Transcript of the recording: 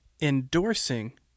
endorsing